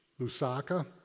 Lusaka